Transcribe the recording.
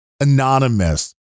anonymous